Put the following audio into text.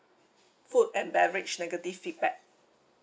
food and beverage negative feedback